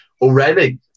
already